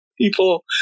people